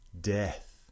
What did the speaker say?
death